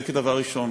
זה כדבר ראשון.